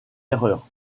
erreur